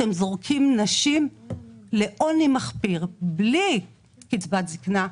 אתם זורקים נשים לעוני מחפיר בלי קצבת זקנה,